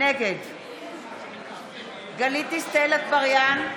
נגד גלית דיסטל אטבריאן,